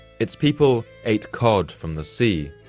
its people ate cod from the sea,